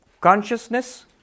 consciousness